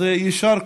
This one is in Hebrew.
אז יישר כוח,